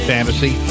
Fantasy